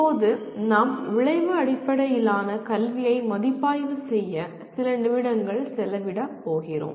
இப்போது நாம் விளைவு அடிப்படையிலான கல்வியை மதிப்பாய்வு செய்ய சில நிமிடங்கள் செலவிட போகிறோம்